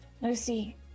Lucy